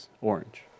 orange